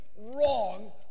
wrong